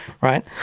right